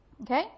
Okay